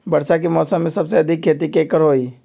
वर्षा के मौसम में सबसे अधिक खेती केकर होई?